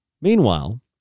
Meanwhile